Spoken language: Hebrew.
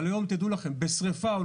אבל היום שני כבאים הולכים לכבות שריפה,